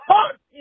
Fuck